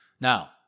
Now